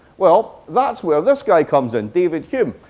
well, that's where this guy comes in, david hume.